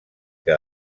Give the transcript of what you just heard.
que